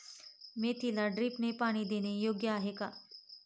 मेथीला ड्रिपने पाणी देणे योग्य आहे का?